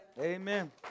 Amen